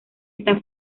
está